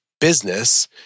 business